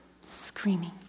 screaming